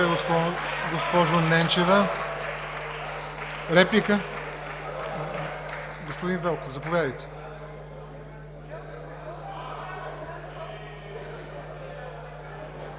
госпожо Ненчева. Реплика? Господин Велков, заповядайте.